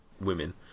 women